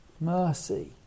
mercy